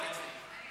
בממשלה.